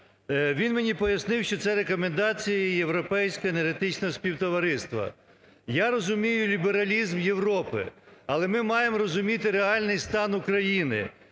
Він мені пояснив, що це – рекомендації Європейського енергетичного співтовариства. Я розумію лібералізм Європи, але ми маємо розуміти реальний стан України.